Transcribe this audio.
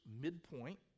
midpoint